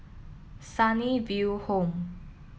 Sunnyville Home